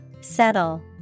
Settle